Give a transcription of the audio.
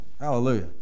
Hallelujah